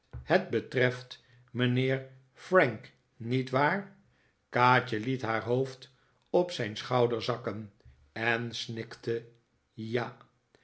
het betreft mijnheer frank niet waar kaatje liet haar hoofd op zijn schouder zakken en snikte ja